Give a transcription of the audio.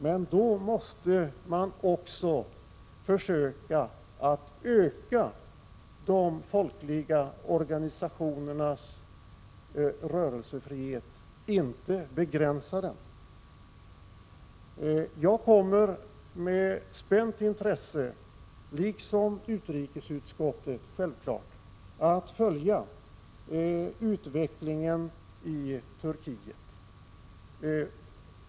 Men då måste man också försöka att öka de folkliga organisationernas rörelsefrihet, inte begränsa den. Jag kommer, liksom självfallet utrikesutskottet i övrigt, att med spänt intresse följa utvecklingen i Turkiet.